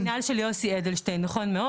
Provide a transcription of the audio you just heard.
המנהל של יוסי אדלשטיין, נכון מאוד.